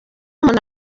umuntu